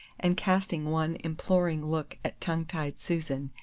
and, casting one imploring look at tongue-tied susan,